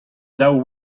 daou